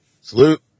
Salute